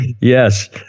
yes